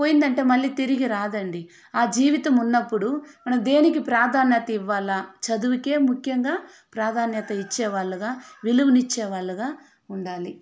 పోయిందంటే మళ్ళీ తిరిగి రాదండి ఆ జీవితం ఉన్నప్పుడు మనం దేనికి ప్రాధాన్యత ఇవ్వాల చదువుకే ముఖ్యంగా ప్రాధాన్యత ఇచ్చేవాళ్లగా విలువనిచ్చే వాళ్లుగా ఉండాలి